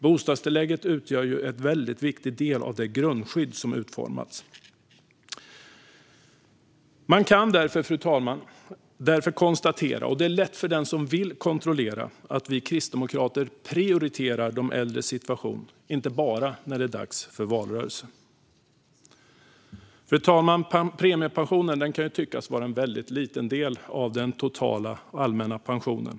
Bostadstillägget utgör en väldigt viktig del av det grundskydd som utformats. Man kan därför konstatera - och det är lätt för den som vill att kontrollera - att vi kristdemokrater prioriterar de äldres situation, inte bara när det är dags för valrörelse. Fru talman! Premiepensionen kan tyckas vara en liten del av den allmänna pensionen.